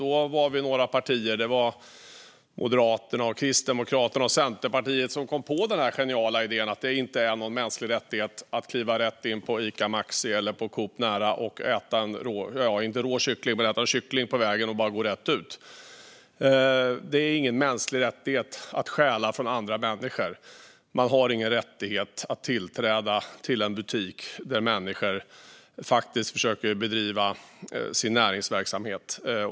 Då var vi några partier - vi, Moderaterna, Kristdemokraterna och Centerpartiet - som kom på den geniala idén att det inte är en mänsklig rättighet att kliva in på Ica Maxi eller Coop Nära, äta kyckling och bara gå rätt ut. Det är ingen mänsklig rättighet att stjäla från andra människor. Man har ingen rätt till tillträde till en butik för att stjäla där människor försöker bedriva sin näringsverksamhet.